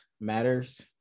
matters